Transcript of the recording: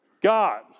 God